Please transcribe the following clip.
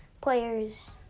players